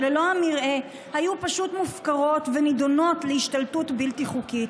שללא המרעה היו פשוט מופקרות ונדונות להשתלטות בלתי חוקית.